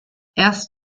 erst